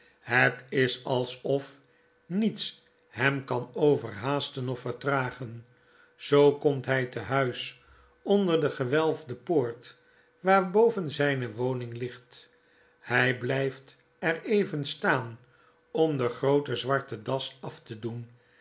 het is alsof niets hem kanoverhaasten of vertragen zoo komt hfl te huis onder de gewelfde poort waarboven zijne woning ligt hij blijft er even staan om de groote zwarte das af te doen